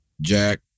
Jack